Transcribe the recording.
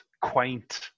quaint